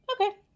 Okay